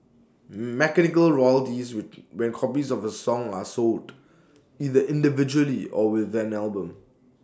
mechanical royalties when copies of A song are sold either individually or with an album